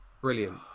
brilliant